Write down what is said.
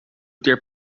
ter